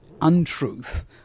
untruth